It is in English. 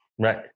Right